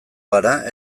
gara